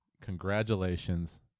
congratulations